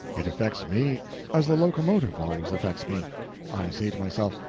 it affects me as the locomotive always affects me i say to myself,